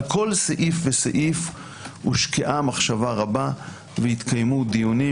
על כל סעיף הושקעה מחשבה רבה והתקיימו דיונים